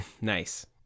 Nice